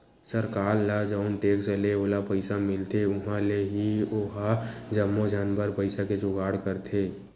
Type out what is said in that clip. सरकार ल जउन टेक्स ले ओला पइसा मिलथे उहाँ ले ही ओहा जम्मो झन बर पइसा के जुगाड़ करथे